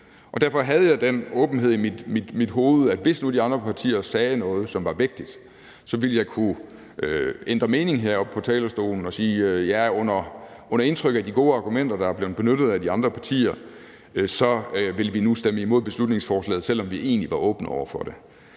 Derfor havde jeg den åbenhed i mit sind, at hvis nu de andre partier sagde noget, som var vægtigt, så ville jeg kunne ændre mening og sige heroppe på talerstolen: Under indtryk af de gode argumenter, der er blevet benyttet af de andre partier, vil vi nu stemme imod beslutningsforslaget, selv om vi egentlig var åbne over for det.